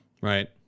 Right